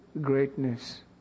greatness